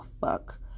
fuck